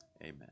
amen